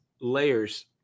layers